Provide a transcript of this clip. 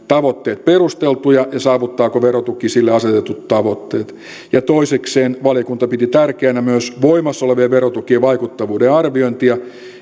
tavoitteet perusteltuja ja saavuttaako verotuki sille asetetut tavoitteet toisekseen valiokunta piti tärkeänä myös voimassa olevien verotukien vaikuttavuuden arviointia